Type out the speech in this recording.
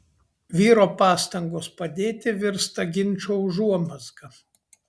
vyro pastangos padėti virsta ginčo užuomazga